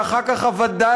ואחר כך הווד"לים,